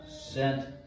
sent